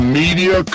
media